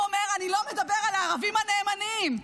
הוא אומר: אני לא מדבר על הערבים הנאמנים,